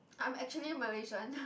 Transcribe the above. I'm actually Malaysian